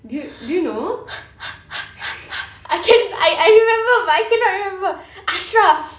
I can I I remember but I cannot remember ashraf